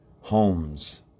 homes